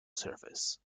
service